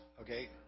Okay